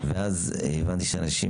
ואז הבנתי שאנשים